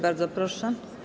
Bardzo proszę.